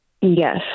Yes